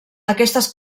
aquestes